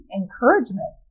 encouragement